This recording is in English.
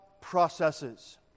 processes